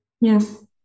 Yes